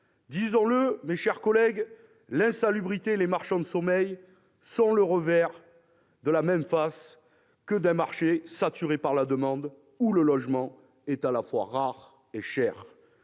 Disons-le, mes chers collègues, l'insalubrité et les marchands de sommeil sont le revers d'un marché saturé par la demande, où le logement est à la fois rare et cher.